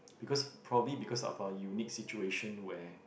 because probably because of our unique situation where